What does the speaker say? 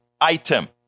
item